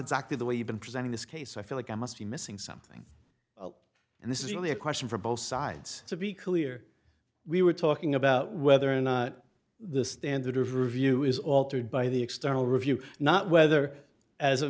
exactly the way you've been presenting this case i feel like i must be missing something and this is really a question for both sides to be clear we were talking about whether or not the standard of review is altered by the external review not whether as a